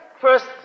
first